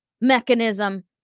mechanism